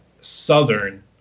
southern